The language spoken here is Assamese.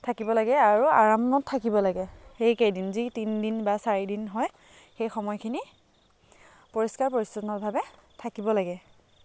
থাকিব লাগে আৰু আৰামত থাকিব লাগে সেইকেইদিন যি তিনিদিন বা চাৰিদিন হয় সেইসময়খিনি পৰিষ্কাৰ পৰিচ্ছন্নভাৱে থাকিব লাগে